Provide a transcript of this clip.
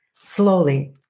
slowly